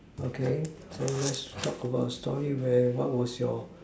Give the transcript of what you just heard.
okay so let's talk about a story where was your